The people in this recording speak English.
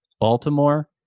Baltimore